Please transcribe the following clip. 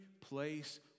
place